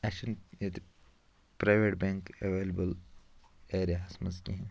اسہِ چھِنہٕ ییٚتہِ پرٛایویٹ بیٚنٛک ایٚولیبٕل ایریا ہَس مَنٛز کیٛنٛہہ